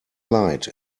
light